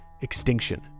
extinction